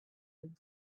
him